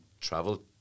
travel